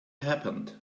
happened